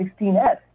16S